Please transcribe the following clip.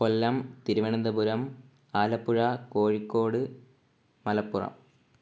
Kollam Thiruvananthapuram Alappuzha Kozhikode Malappuram